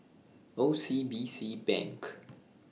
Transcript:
O C B C Bank